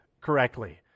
correctly